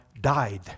died